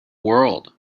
world